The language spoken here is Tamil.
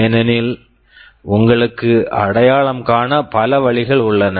ஏனெனில் உங்களுக்கு அடையாளம் காண பல வழிகள் உள்ளன